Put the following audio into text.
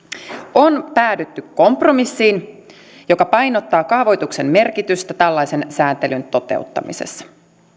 on päädytty kompromissiin joka painottaa kaavoituksen merkitystä tällaisen säätelyn toteuttamisessa